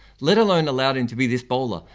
let alone allowed him to be this bowler!